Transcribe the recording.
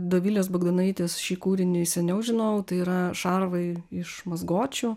dovilės bagdonaitės šį kūrinį seniau žinojau tai yra šarvai iš mazgočių